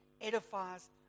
edifies